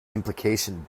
implication